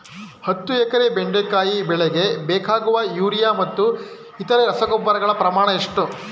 ಹತ್ತು ಎಕರೆ ಬೆಂಡೆಕಾಯಿ ಬೆಳೆಗೆ ಬೇಕಾಗುವ ಯೂರಿಯಾ ಮತ್ತು ಇತರೆ ರಸಗೊಬ್ಬರಗಳ ಪ್ರಮಾಣ ಎಷ್ಟು?